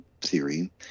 theory